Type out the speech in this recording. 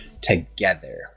together